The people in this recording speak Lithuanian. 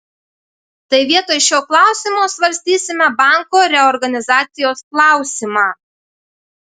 tai vietoj šio klausimo svarstysime banko reorganizacijos klausimą